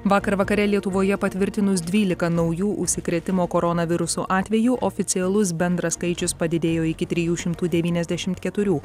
vakar vakare lietuvoje patvirtinus dvylika naujų užsikrėtimo koronavirusu atvejų oficialus bendras skaičius padidėjo iki trijų šimtų devyniasdešimt keturių